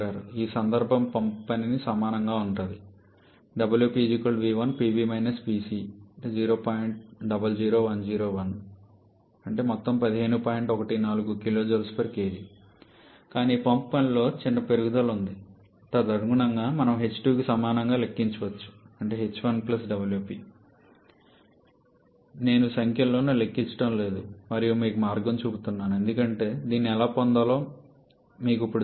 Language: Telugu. ఈ సందర్భంలో పంప్ పని సమానంగా ఉంటుంది కాబట్టి పంప్ పనిలో చిన్న పెరుగుదల ఉంది తదనుగుణంగా మనము h2 కి సమానంగా లెక్కించవచ్చు నేను సంఖ్యలను లెక్కించడం లేదు మరియు మీకు మార్గం చూపుతున్నాను ఎందుకంటే దీన్ని ఎలా పొందాలో మీకు ఇప్పుడు తెలుసు